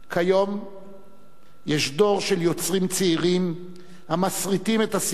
כיום יש דור של יוצרים צעירים המסריטים את הסיפור